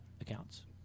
accounts